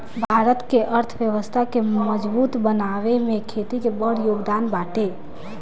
भारत के अर्थव्यवस्था के मजबूत बनावे में खेती के बड़ जोगदान बाटे